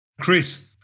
Chris